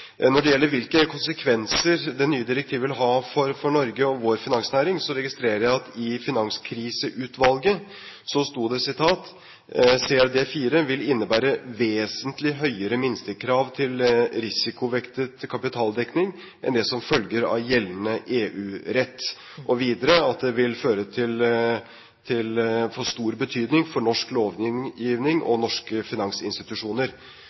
Når det gjelder hvilke konsekvenser det nye direktivet vil ha for Norge og vår finansnæring, registrerer jeg at det i utredningen fra Finanskriseutvalget sto: «CRD IV vil innebære vesentlig høyere minstekrav til risikovektet kapitaldekning enn det som følger av gjeldende EU-rett.» Og videre at det vil få «stor betydning for norsk lovgivning og norske finansinstitusjoner».